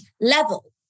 level